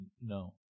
No